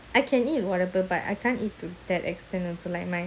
I mean I can eat whatever but I can't eat to that extend also like my